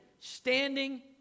standing